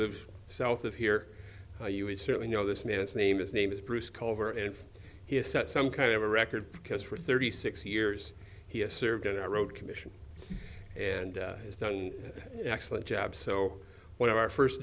live south of here you would certainly know this man's name is name is bruce culver and he has set some kind of a record because for thirty six years he has served in iraq commission and has done an excellent job so one of our first